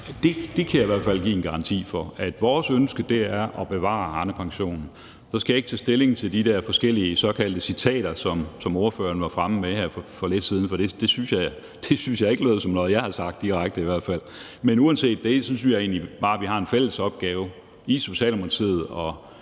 Det kan jeg i hvert fald give en garanti for. Vores ønske er at bevare Arnepensionen. Så skal jeg ikke tage stilling til de der forskellige såkaldte citater, som ordføreren var fremme med her for lidt siden, for det synes jeg i hvert fald ikke lød som noget, jeg har sagt direkte. Men uanset det synes jeg egentlig bare, at vi har en fælles opgave i Socialdemokratiet